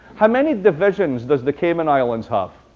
how many divisions does the cayman islands have?